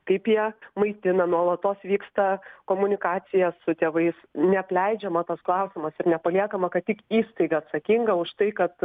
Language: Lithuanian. kaip jie maitina nuolatos vyksta komunikacija su tėvais neapleidžiama tas klausimas ir nepaliekama kad tik įstaiga atsakinga už tai kad